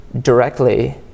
directly